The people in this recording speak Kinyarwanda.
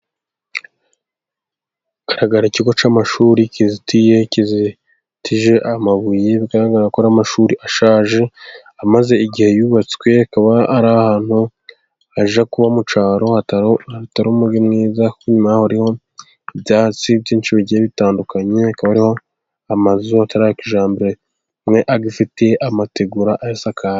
Haragaragara ikigo cy'amashuri kizitiye, kizitije amabuye. Bigaragara ko ari amashuri ashaje amaze igihe yubatswe, akaba ari ahantu hajya kuba mu cyaro, hatari umujyi mwiza. Inyuma yaho hariho ibyatsi byinshi bigiye bitandukanye, hakaba hariho amazu atari aya kijyambere, amwe agifite amategura ayasakaye.